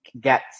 get